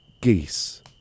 Geese